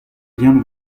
bien